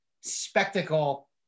spectacle